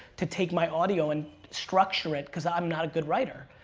to take my audio and structure it, cuz i'm not a good writer.